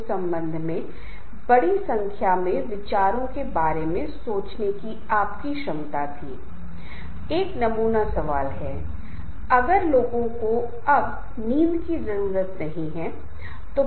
इस तरह की सभी बातों पर चर्चा की जाती है संदर्भ समूहों के सदस्यों के व्यवहार पर एक मजबूत प्रभाव होता है ऐसे समूह स्वेच्छा से गठित परिवार होते हैं दोस्तों और धार्मिक संबद्धता अधिकांश व्यक्तियों के लिए मजबूत संदर्भ समूह होते हैं इसलिए पारिवारिक मित्र और धार्मिक संबद्धता